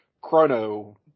chrono